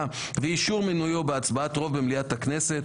ואישור מינויו בהצבעת רוב במליאת הכנסת,